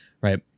right